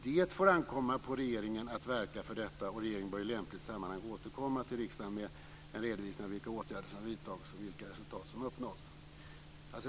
Det får ankomma på regeringen att verka för detta, och regeringen bör i lämpligt sammanhang återkomma till riksdagen med en redovisning av vilka åtgärder som vidtagits och vilka resultat som uppnåtts."